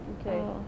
Okay